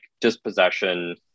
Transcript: dispossession